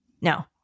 No